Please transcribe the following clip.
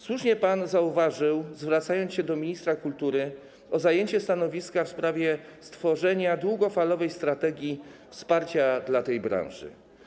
Słusznie pan zwrócił na to uwagę, zwracając się do ministra kultury o zajęcie stanowiska w sprawie stworzenia długofalowej strategii wsparcia dla tej branży.